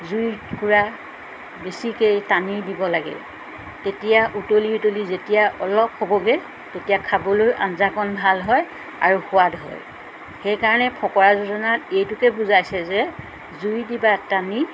জুইকুৰা বেছিকৈ টানি দিব লাগে তেতিয়া উতলি উতলি যেতিয়া অলপ হ'বগৈ তেতিয়া খাবলৈ আঞ্জাকণ ভাল হয় আৰু সোৱাদ হয় সেইকাৰণে ফকৰা যোজনাত এইটোকে বুজাইছে যে জুই দিবা টানি